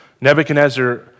Nebuchadnezzar